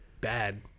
bad